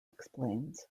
explains